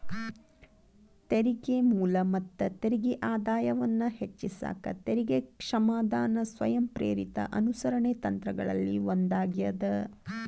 ತೆರಿಗೆ ಮೂಲ ಮತ್ತ ತೆರಿಗೆ ಆದಾಯವನ್ನ ಹೆಚ್ಚಿಸಕ ತೆರಿಗೆ ಕ್ಷಮಾದಾನ ಸ್ವಯಂಪ್ರೇರಿತ ಅನುಸರಣೆ ತಂತ್ರಗಳಲ್ಲಿ ಒಂದಾಗ್ಯದ